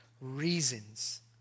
reasons